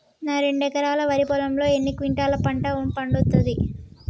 నా రెండు ఎకరాల వరి పొలంలో ఎన్ని క్వింటాలా పంట పండుతది?